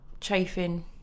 chafing